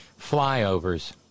flyovers